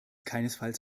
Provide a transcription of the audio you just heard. keinesfalls